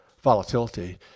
volatility